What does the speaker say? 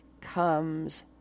comes